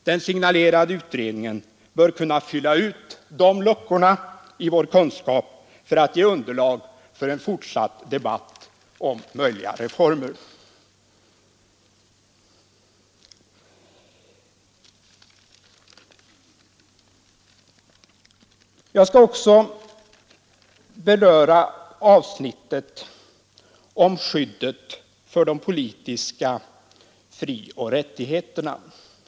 Den signalerade utredningen bör kunna fylla ut de luckorna i vår kunskap för att ge underlag för en fortsatt debatt om möjliga reformer. Jag skall också beröra avsnittet om skydd för de politiska frioch rättigheterna.